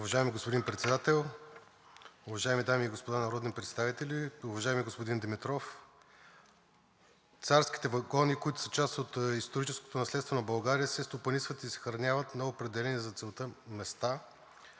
Уважаеми господин Председател, уважаеми дами и господа народни представители! Уважаеми господин Димитров, царските вагони, които са част от историческото наследство на България, се стопанисват и съхраняват на определени за целта места,